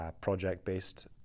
project-based